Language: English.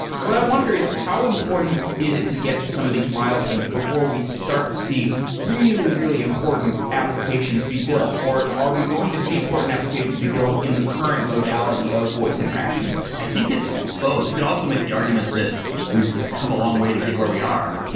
what i wonder is how important is it to get to some of these milestones before we start to see really, really important applications be built, or are we going to see important applications be built in the current modality of voice interaction? i think it's both. you could also make the argument that we've come a long way to get where we are.